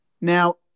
Now